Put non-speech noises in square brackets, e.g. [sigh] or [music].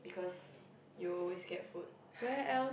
because you always get food [laughs]